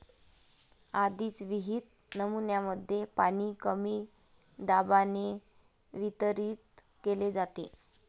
आधीच विहित नमुन्यांमध्ये पाणी कमी दाबाने वितरित केले जाते